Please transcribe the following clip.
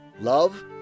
love